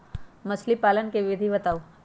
मछली पालन के विधि बताऊँ?